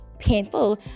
painful